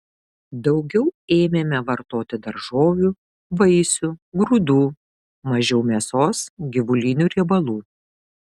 daugiau ėmėme vartoti daržovių vaisių grūdų mažiau mėsos gyvulinių riebalų